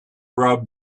rub